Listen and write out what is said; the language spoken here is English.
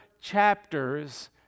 chapters